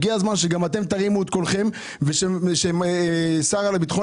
הגיע הזמן שגם אתם תרימו את קולכם ושהשר לביטחון